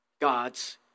God's